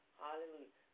hallelujah